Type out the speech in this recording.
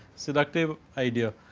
so, the active idea,